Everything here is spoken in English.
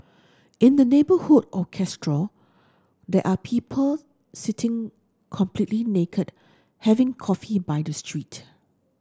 in the neighbourhood of Castro there are people sitting completely naked having coffee by the street